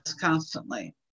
constantly